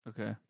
Okay